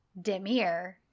Demir